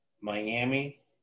Miami